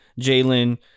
Jalen